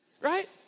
Right